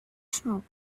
smoke